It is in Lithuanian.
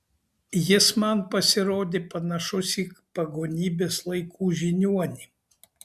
jis man pasirodė panašus į pagonybės laikų žiniuonį